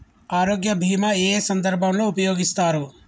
ఆరోగ్య బీమా ఏ ఏ సందర్భంలో ఉపయోగిస్తారు?